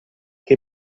che